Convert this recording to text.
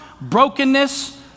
brokenness